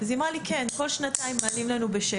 אז היא אמרה לי: כן, כל שנתיים מעלים לנו בשקל.